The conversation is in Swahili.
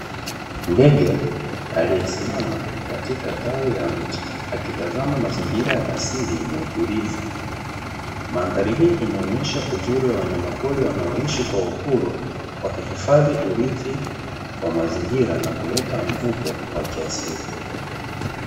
Ndege aliyesimama katika tawi la mti akitazama mazingira ya asili yenye utulivu mandhari, hii inaonyesha uzuri wa wanyamapori wanaoishi kwa uhuru wakihifadhi urithi wa mazingira na kuleta mvuto wa kiasili.